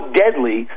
deadly